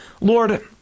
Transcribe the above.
Lord